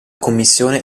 commissione